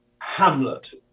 Hamlet